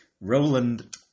Roland